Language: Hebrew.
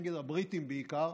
נגד הבריטים בעיקר,